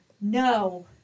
no